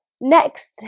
next